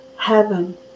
heaven